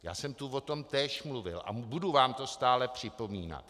Já jsem tu o tom též mluvil a budu vám to stále připomínat.